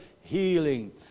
healing